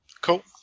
cool